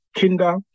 Kinder